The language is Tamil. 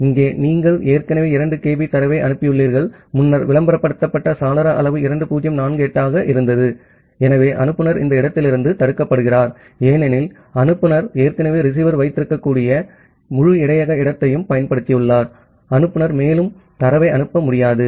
இங்கே நீங்கள் ஏற்கனவே 2 kB தரவை அனுப்பியுள்ளீர்கள் என முன்னர் விளம்பரப்படுத்தப்பட்ட சாளர அளவு 2048 ஆக இருந்தது ஆகவே அனுப்புநர் இந்த இடத்திலிருந்து தடுக்கப்படுகிறார் ஏனெனில் அனுப்புநர் ஏற்கனவே ரிசீவர் வைத்திருக்கக்கூடிய முழு இடையக இடத்தையும் பயன்படுத்தியுள்ளார் அனுப்புநர் மேலும் தரவை அனுப்ப முடியாது